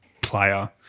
player